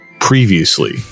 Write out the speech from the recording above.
previously